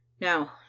now